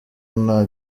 nta